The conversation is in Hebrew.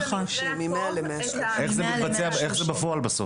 איך זה בפועל בסוף?